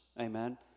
Amen